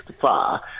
far